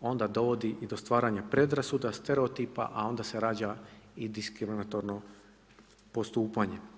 onda dovodi i do stvaranja predrasuda, stereotipa, a onda se rađa i diskriminatorno postupanje.